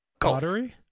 pottery